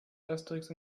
asterix